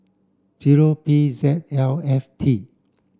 zero P Z L F T